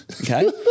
Okay